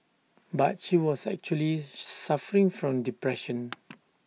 but she was actually suffering from depression